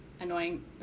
annoying